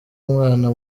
umwana